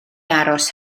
aros